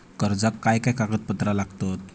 कर्जाक काय काय कागदपत्रा लागतत?